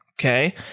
okay